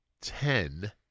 ten